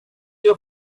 your